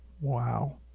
Wow